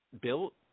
built